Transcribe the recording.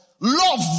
Love